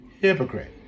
hypocrite